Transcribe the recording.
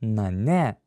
na ne